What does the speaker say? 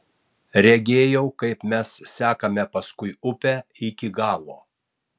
regėjau kaip mes sekame paskui upę iki galo